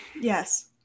yes